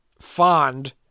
fond